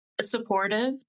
supportive